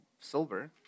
silver